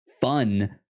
fun